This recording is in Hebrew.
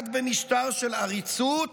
רק במשטר של עריצות